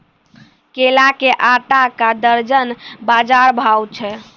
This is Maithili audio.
केला के आटा का दर्जन बाजार भाव छ?